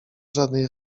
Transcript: żadnej